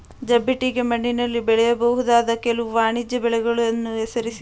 ಜಂಬಿಟ್ಟಿಗೆ ಮಣ್ಣಿನಲ್ಲಿ ಬೆಳೆಯಬಹುದಾದ ಕೆಲವು ವಾಣಿಜ್ಯ ಬೆಳೆಗಳನ್ನು ಹೆಸರಿಸಿ?